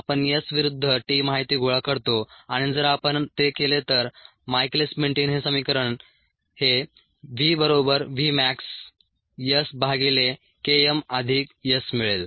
आपण S विरुद्ध t माहिती गोळा करतो आणि जर आपण ते केले तर मायकेलिस मेन्टेन हे समीकरण हे v बरोबर v max S भागिले K m अधिक S मिळेल